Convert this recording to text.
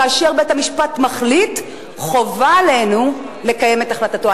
כאשר בית-המשפט מחליט חובה עלינו לקיים את החלטתו.